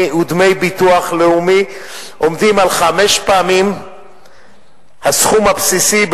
ודמי ביטוח בריאות העומדים על חמש פעמים הסכום הבסיסי.